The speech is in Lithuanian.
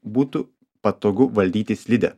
būtų patogu valdyti slidę